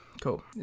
cool